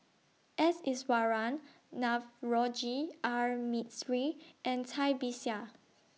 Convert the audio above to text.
S Iswaran Navroji R Mistri and Cai Bixia